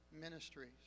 ministries